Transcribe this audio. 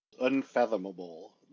Unfathomable